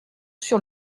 sur